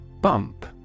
Bump